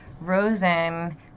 Rosen